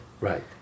Right